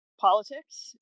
politics